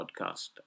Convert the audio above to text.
podcast